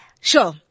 Sure